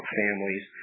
families